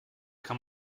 kann